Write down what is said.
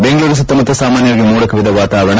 ದೆಂಗಳೂರು ಸುತ್ತಮುತ್ತ ಸಾಮಾನ್ಯವಾಗಿ ಮೋಡ ಕವಿದ ವಾತಾವರಣ